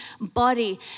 body